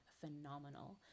phenomenal